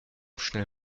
schnell